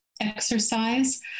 exercise